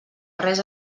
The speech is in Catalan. res